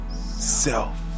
self